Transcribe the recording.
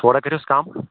تھوڑا کٔرۍوُس کَم